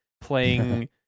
playing